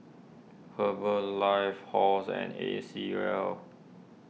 Herbalife Halls and A C Well